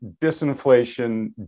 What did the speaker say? disinflation